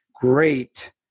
great